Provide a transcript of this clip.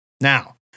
Now